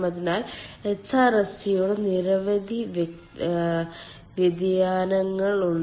അതിനാൽ HRSG യുടെ നിരവധി വ്യതിയാനങ്ങൾ ഉണ്ട്